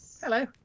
Hello